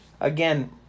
again